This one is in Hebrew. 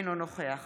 אינו נוכח